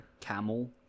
Camel